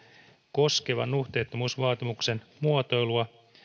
koskevan nuhteettomuusvaatimuksen muotoilua